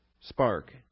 Spark